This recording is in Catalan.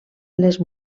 les